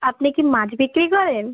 আপনি কি মাছ বিক্রি করেন